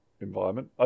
environment